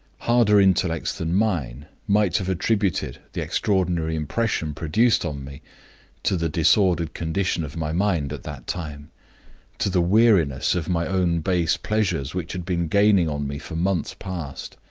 harder intellects than mine might have attributed the extraordinary impression produced on me to the disordered condition of my mind at that time to the weariness of my own base pleasures which had been gaining on me for months past,